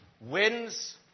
wins